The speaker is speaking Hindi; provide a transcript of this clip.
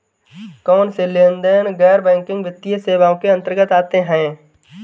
कौनसे लेनदेन गैर बैंकिंग वित्तीय सेवाओं के अंतर्गत आते हैं?